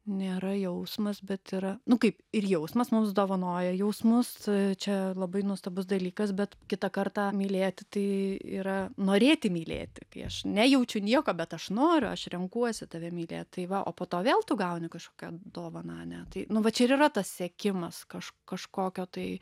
nėra jausmas bet yra nu kaip ir jausmas mums dovanoja jausmus čia labai nuostabus dalykas bet kitą kartą mylėti tai yra norėti mylėti kai aš nejaučiu nieko bet aš noriu aš renkuosi tave mylėt tai va o po to vėl tu gauni kažkokią dovaną ane tai nu va čia ir yra tas siekimas kažko kažkokio tai